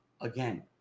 again